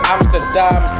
Amsterdam